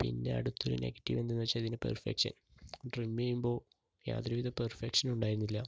പിന്നെ അടുത്തൊരു നെഗറ്റീവെന്തെന്നു വെച്ചാൽ ഇതിൻ്റെ പെർഫെക്ഷൻ ട്രിം ചെയ്യുമ്പോൾ യാതൊരു വിധ പെർഫെക്ഷനും ഉണ്ടായിരുന്നില്ല